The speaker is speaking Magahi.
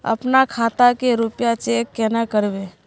अपना खाता के रुपया चेक केना करबे?